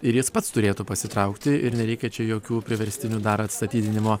ir jis pats turėtų pasitraukti ir nereikia čia jokių priverstinių dar atstatydinimo